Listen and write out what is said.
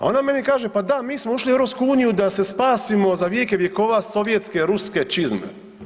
A ona meni kaže, pa da mi smo ušli u EU da se spasimo za vijeke vjekova sovjetske ruske čizme.